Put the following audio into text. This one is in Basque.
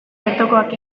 bertokoak